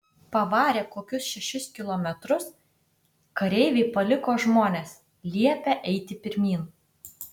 pavarę kokius šešis kilometrus kareiviai paliko žmones liepę eiti pirmyn